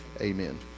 amen